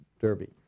Derby